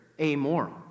amoral